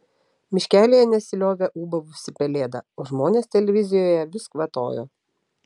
miškelyje nesiliovė ūbavusi pelėda o žmonės televizijoje vis kvatojo